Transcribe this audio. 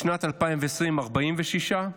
בשנת 2020, 46,